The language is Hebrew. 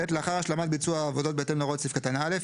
(ב)לאחר השלמת ביצוע העבודות בהתאם להוראות סעיף קטן (א),